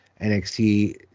NXT